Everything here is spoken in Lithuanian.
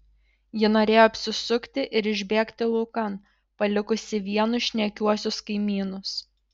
ji norėjo apsisukti ir išbėgti laukan palikusi vienus šnekiuosius kaimynus